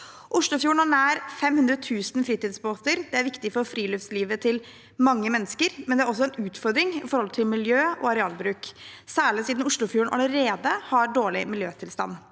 Oslofjorden har nær 500 000 fritidsbåter. Det er viktig for friluftslivet til mange mennesker, men det er også en utfordring når det gjelder miljø og arealbruk, særlig siden Oslofjorden allerede har dårlig miljøtilstand.